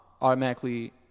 automatically